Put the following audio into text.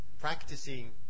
practicing